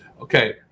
Okay